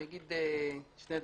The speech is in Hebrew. אני אגיד שני דברים: